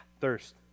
thirst